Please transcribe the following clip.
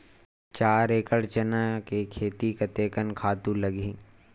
चार एकड़ चना के खेती कतेकन खातु लगही?